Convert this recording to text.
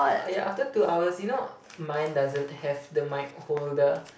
ya after two hours you know mine doesn't have the mic holder